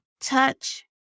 touch